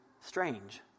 strange